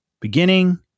Beginning